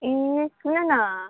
ए सुन् न